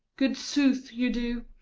good sooth, you do,